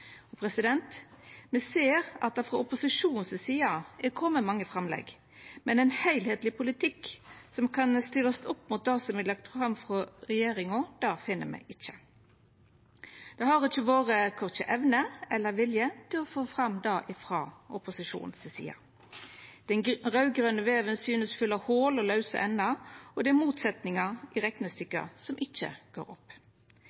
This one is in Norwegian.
Me ser at det frå opposisjonen si side er komne mange framlegg, men ein heilskapleg politikk som kan stillast opp mot det som er lagt fram frå regjeringa, det finn me ikkje. Det har ikkje vore korkje evne eller vilje til å få fram det frå opposisjonen si side. Den raud-grøne veven synest full av hol og lause endar, og det er motsetningar i reknestykka som ikkje går opp.